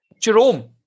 Jerome